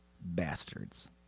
Bastards